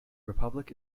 republic